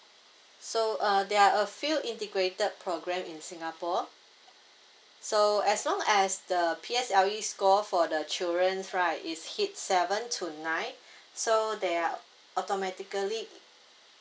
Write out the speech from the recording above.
so uh there are a few integrated program in singapore so as long as the P_S_L_E score for the children right is hit seven to nine so they're automatically